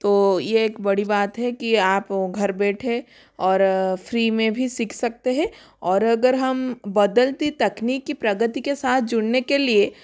तो ये एक बड़ी बात है कि आप घर बैठे और फ्री में भी सीख सकते है और अगर हम बदलती तकनीकी प्रगति के साथ जुड़ने के लिए